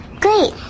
Great